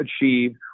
achieve